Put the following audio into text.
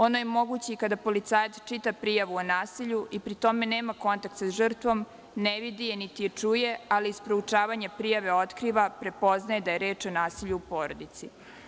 Ono je moguće i kada policajac čita prijavu o nasilju i pri tome nema kontakt sa žrtvom, ne vidi je, niti je čuje, ali iz proučavanja prijave otkriva, prepoznaje da je reč o nasilju u porodici.